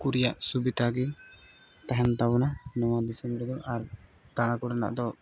ᱠᱚ ᱨᱮᱭᱟᱜ ᱥᱩᱵᱤᱫᱷᱟ ᱜᱮ ᱛᱟᱦᱮᱱ ᱛᱟᱵᱳᱱᱟ ᱱᱚᱣᱟ ᱫᱤᱥᱚᱢ ᱨᱮᱫᱚ ᱟᱨ ᱫᱟᱬᱟ ᱠᱚᱨᱮᱱᱟᱜ ᱫᱚ